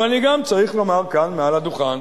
אבל אני גם צריך לומר כאן מעל לדוכן,